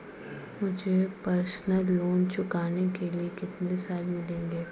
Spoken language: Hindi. मुझे पर्सनल लोंन चुकाने के लिए कितने साल मिलेंगे?